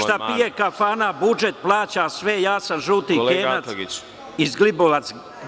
šta pije kafana, budžet plaća sve, ja sam žuti Kenac iz Glibovac